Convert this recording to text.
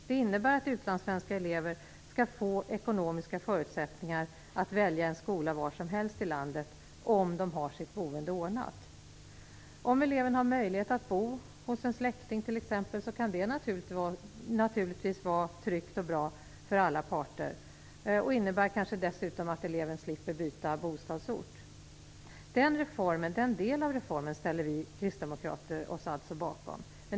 Det innebär att utlandssvenska elever skall få ekonomiska förutsättningar att välja en skola var som helst i landet om de har sitt boende ordnat. Om eleven har möjlighet att bo hos en släkting, t.ex., kan det naturligtvis vara tryggt och bra för alla parter. Det innebär kanske dessutom att eleven slipper byta bostadsort. Den delen av reformen ställer vi kristdemokrater oss alltså bakom.